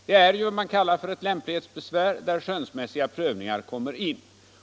Det är ju vad man kallar för ett lämplighetsbesvär, där skönsmässiga prövningar kommer in.